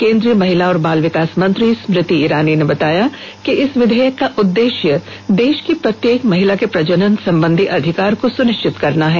केन्द्रीय महिला और बाल विकास मंत्री स्मृति इरानी ने बताया कि इस विधेयक का उद्देश्य देश की प्रत्येक महिला के प्रजनन संबंधी अधिकार को सुनिश्चित करना है